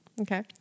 Okay